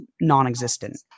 non-existent